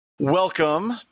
welcome